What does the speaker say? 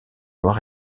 noir